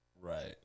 Right